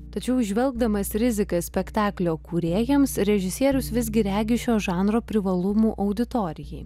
tačiau įžvelgdamas riziką spektaklio kūrėjams režisierius visgi regi šio žanro privalumų auditorijai